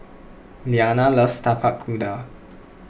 Liana loves Tapak Kuda